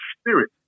spirit